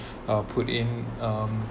uh put in um